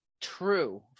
true